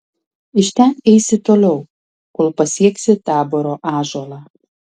iš ten eisi toliau kol pasieksi taboro ąžuolą